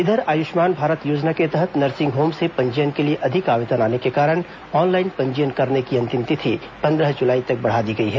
इधर आयुष्मान भारत योजना के तहत नर्सिंग होम से पंजीयन के लिए अधिक आवेदन आने के कारण ऑनलाइन पंजीयन करने की अंतिम तिथि पंद्रह जुलाई तक बढ़ा दी गई है